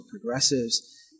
progressives